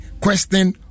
question